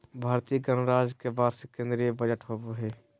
भारतीय गणराज्य के वार्षिक केंद्रीय बजट होबो हइ